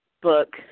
book